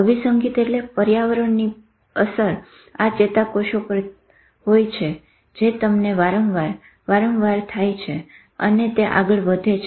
અભીસંઘીત એટલે પર્યાવરણની અસર આ ચેતાકોષો પર થઇ હોય જે તેમને વાંરવાર વારંવાર થાય છે અને તે આગળ વધે છે